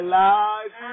life